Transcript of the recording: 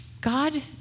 God